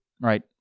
right